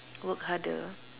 work harder